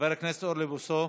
חבר הכנסת אוריאל בוסו,